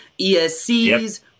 ESCs